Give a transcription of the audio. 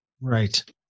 Right